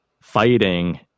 fighting